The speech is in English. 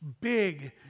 big